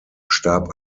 starb